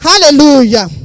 Hallelujah